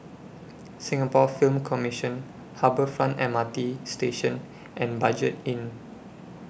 Singapore Film Commission Harbour Front M R T Station and Budget Inn